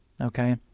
okay